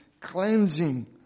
cleansing